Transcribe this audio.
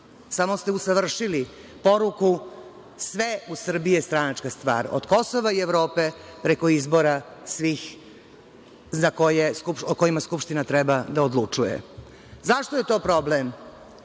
samo ste usavršili poruku – sve u Srbiji je stranačka stvar, od Kosova i Evrope, preko izbora svih o kojima Skupština treba da odlučuje. Zašto je to problem?